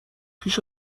پیش